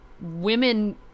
women